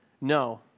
No